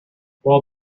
while